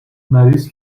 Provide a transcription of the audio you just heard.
مریض